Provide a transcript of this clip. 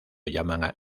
llaman